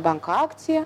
banko akcija